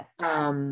Yes